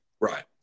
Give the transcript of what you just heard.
Right